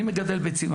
אני מגדל ביצים,